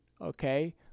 Okay